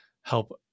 help